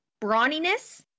Brawniness